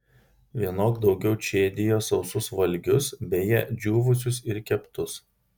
vienok daugiau čėdijo sausus valgius beje džiūvusius ir keptus